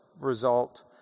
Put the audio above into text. result